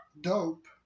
dope